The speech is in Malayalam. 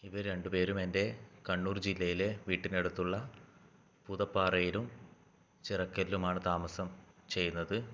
ഇവർ രണ്ടുപേരും എൻ്റെ കണ്ണൂർ ജില്ലയിലെ വീട്ടിനടുത്തുള്ള പുതപ്പാറയിലും ചിറക്കല്ലിലുമാണ് താമസം ചെയ്യുന്നത്